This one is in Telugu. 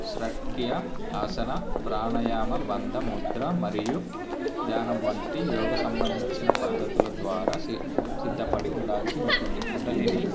శ్రక్య ఆసన ప్రాణయామ బంధ ముద్ర మరియు ధ్యానం వంటి యోగ సంబంధించిన పద్ధతుల ద్వారా సిద్ధ సిద్ధపడి ఉండాల్సి ఉంటుంది కుండలిని